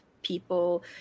people